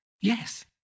Yes